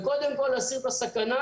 וקודם כל, להסיר את הסכנה.